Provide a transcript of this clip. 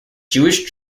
jewish